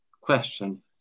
question